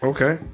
Okay